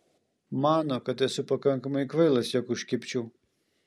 mano kad esu pakankamai kvailas jog užkibčiau